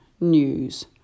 News